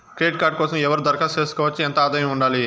Credit card కోసం ఎవరు దరఖాస్తు చేసుకోవచ్చు? ఎంత ఆదాయం ఉండాలి?